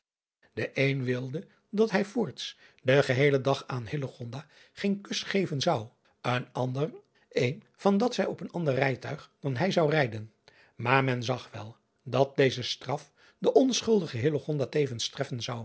e een wilde dat hij voorts den geheelen dag aan geen kus geven zou een andat zij op een ander rijtuig dan hij zou rijden maar men zag wel dat deze straf de onschuldige